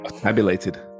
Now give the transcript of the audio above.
Tabulated